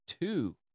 two